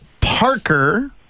Parker